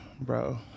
bro